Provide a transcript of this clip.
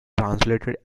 translated